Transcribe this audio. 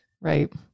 Right